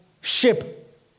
ship